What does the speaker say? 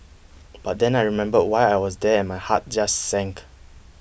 but then I remembered why I was there and my heart just sank